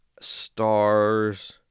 stars